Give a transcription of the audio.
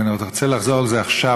ואני רוצה לחזור על זה עכשיו,